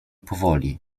powoli